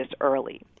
early